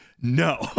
no